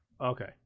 okay